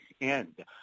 end